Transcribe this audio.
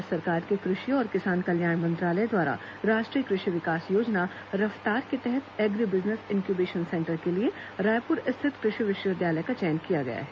भारत सरकार के कृषि और किसान कल्याण मंत्रालय द्वारा राष्ट्रीय कृषि विकास योजना रफ्तार के तहत एग्री बिजनेस इन्क्यूबेशन सेन्टर के लिए रायपुर स्थित कृषि विश्वविद्यालय का चयन किया गया है